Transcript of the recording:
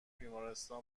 بیمارستان